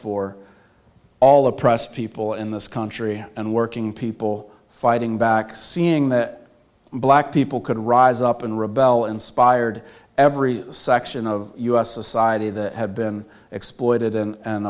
for all oppressed people in this country and working people fighting back seeing that black people could rise up and rebel inspired every section of us society that have been exploited